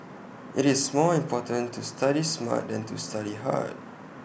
IT is more important to study smart than to study hard